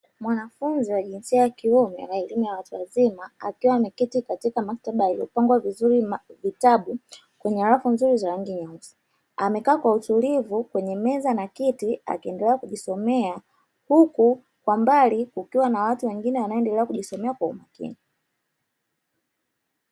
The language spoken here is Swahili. Mwanafunzi wa jinsia ya kiume katika elimu ya watu wazima, akiwa ameketi katika maktaba iliyopangwa vizuri vitabu kwenye rafu nzuri za rangi nyeusi, amekaa kwa utulivu kwenye meza na kiti, akiendelea kujisomea huku kwa mbali kukiwa na watu wengine wanaendelea kujisomea kwa makini.